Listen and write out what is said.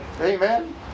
Amen